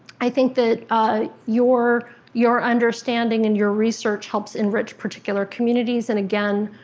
i think that ah your your understanding and your research helps enrich particular communities, and again,